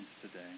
today